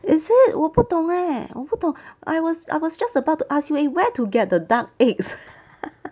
is it 我不懂 leh 我不懂 I was I was just about to ask you eh where to get the duck eggs